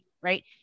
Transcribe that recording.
right